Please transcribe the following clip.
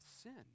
sin